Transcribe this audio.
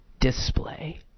display